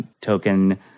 token